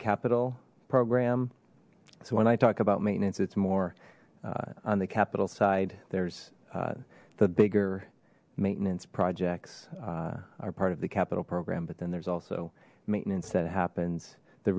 capital part so when i talk about maintenance it's more on the capital side there's the bigger maintenance projects are part of the capital program but then there's also maintenance that happens the